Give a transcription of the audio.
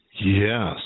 Yes